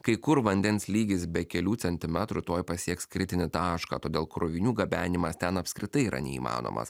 kai kur vandens lygis be kelių centimetrų tuoj pasieks kritinį tašką todėl krovinių gabenimas ten apskritai yra neįmanomas